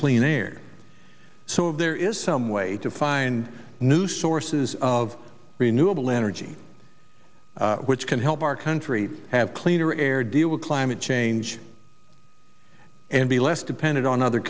clean air so if there is some way to find new sources of renewable energy which can help our country have cleaner air deal with climate change and be less dependent on other